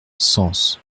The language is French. sens